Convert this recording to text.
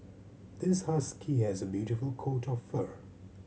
this husky has a beautiful coat of fur